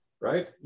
Right